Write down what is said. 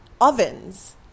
ovens